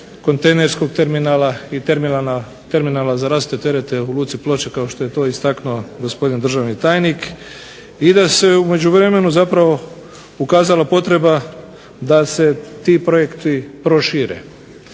kontejnerskog terminala i terminala za … terete u luci Ploče kao što je to istaknuo gospodin državni tajnik i da se u međuvremenu zapravo ukazala potreba da se ti projekti prošire.